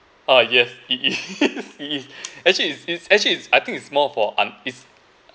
uh yes it is it is actually it's it's actually it's I think it's more for um it's